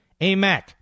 AMAC